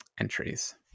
entries